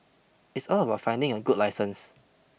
it's all about finding a good licence